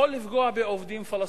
יכול לפגוע בעובדים פלסטינים.